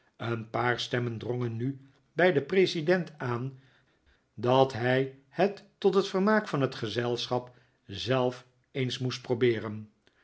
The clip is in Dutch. een paar stemmen drongen nu bij den president aan dat hij het tot vermaak van het gezelschap zelf eens moest probeeren